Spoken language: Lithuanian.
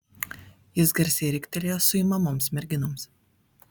jis garsiai riktelėjo suimamoms merginoms